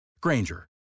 Granger